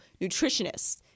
nutritionists